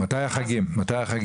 מתי החגים?